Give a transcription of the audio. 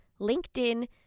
LinkedIn